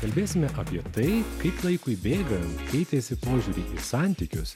kalbėsime apie tai kaip laikui bėgan keitėsi požiūriai į santykius